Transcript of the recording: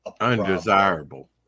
Undesirable